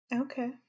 Okay